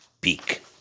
peak